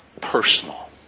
personal